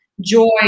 joy